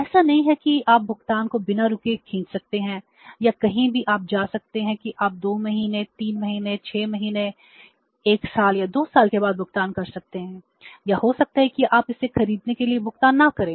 ऐसा नहीं है कि आप भुगतान को बिना रुके खींच सकते हैं या कहीं भी आप जा सकते हैं कि आप 2 महीने 3 महीने 6 महीने 1 साल या 2 साल के बाद भुगतान कर सकते हैं या हो सकता है कि आप इसे खरीदने के लिए भुगतान न करें